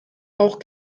auch